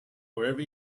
wherever